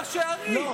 אתה בוחר ראשי ערים.